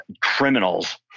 criminals